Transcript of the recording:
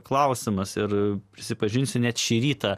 klausimas ir prisipažinsiu net šį rytą